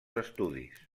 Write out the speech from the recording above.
estudis